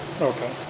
Okay